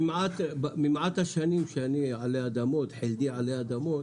ממעט השנים בחלדי עלי אדמות